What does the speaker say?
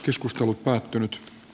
keskustelut päättynyt t